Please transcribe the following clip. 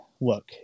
look